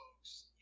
folks